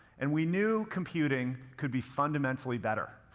and we knew computing could be fundamentally better,